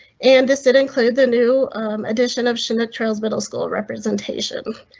and this did include the new addition of chinook trails, middle school representation,